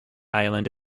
island